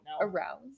Aroused